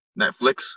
Netflix